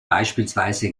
beispielsweise